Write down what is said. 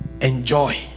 enjoy